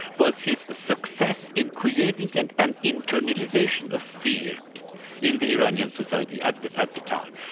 was his success in creating and an internalisation of fear in the iranian society at at the time.